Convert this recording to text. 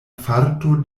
farto